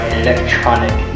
electronic